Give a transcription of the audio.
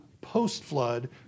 post-flood